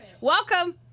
Welcome